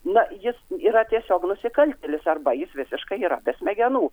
na jis yra tiesiog nusikaltėlis arba jis visiškai yra be smegenų